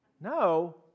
No